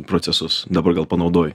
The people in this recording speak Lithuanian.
procesus dabar gal panaudoji